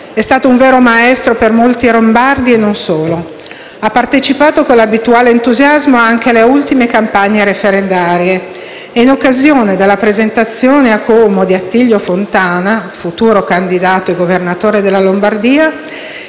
È stato un vero maestro per molti lombardi e non solo. Ha partecipato con l'abituale entusiasmo anche alle ultime campagne referendarie e in occasione della presentazione a Como di Attilio Fontana, futuro candidato e governatore della Lombardia,